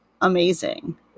amazing